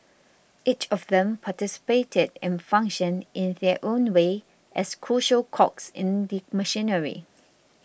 each of them participated and functioned in their own way as crucial cogs in the machinery